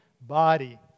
body